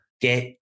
get